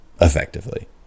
effectively